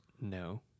no